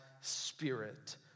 spirit